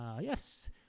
yes